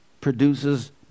produces